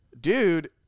Dude